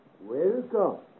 Welcome